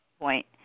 point